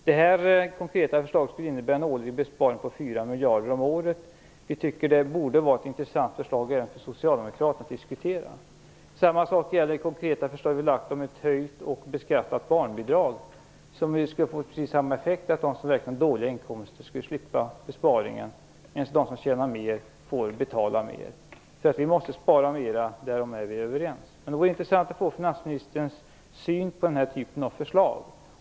Detta konkreta förslag skulle innebära en årlig besparing om 4 miljarder. Det borde vara intressant att diskutera detta förslag även för socialdemokraterna. Samma sak gäller det konkreta förslag som vi har lagt fram om ett höjt och beskattat barnbidrag. Det skulle få precis samma effekt. De som verkligen har dåliga inkomster skulle slippa besparingen medan de som tjänar mer får betala mer. Vi måste spara mer. Därom är vi överens. Det vore intressant att få veta finansministerns syn på den här typen av förslag.